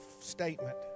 statement